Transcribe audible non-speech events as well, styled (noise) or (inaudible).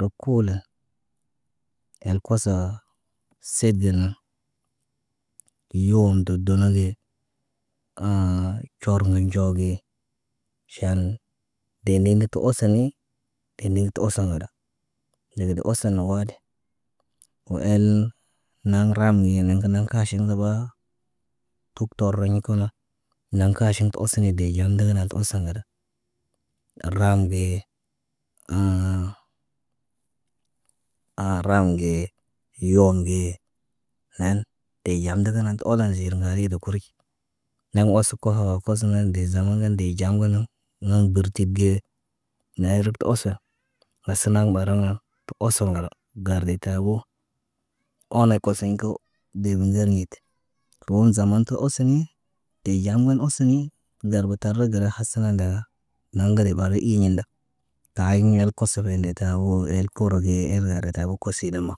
Rək kuulə el kosoo, set gə nən. Yoom də dunu gee, (hesitation) cormo nɟoo ge. Ʃaan de lo ndətə oso nən, telen tə osən wada ndegede osen nə waadi. Wo el, naŋg ram ni nen kə aʃin nabaa. Tuk taroɲa kana, naŋg kaaʃiŋg tə osene dee ɲam ndagana osen ŋgada. Raam ge, (hesitation) raam ge, yom ge, nen eyam ndəgənən tə ooloɲ zeer ŋgalide kuruc. Naŋg oso koho kosonaŋg dee zaman ŋgan dee ɟam gə nən. Moŋg birtid ge, nayarek əsə. Wasana ɓara tə oso ŋgal, gar de taboo. Aala kosiɲ kə dee bizel ɲit. Wom zaman tə osonii, de zaman yi osoni. Darbə tara gala hasa ndaa. Naŋgale ɓar na iiyenda. Taayi nel kosobo nde tabo wo el, koro ge el retabo koside no.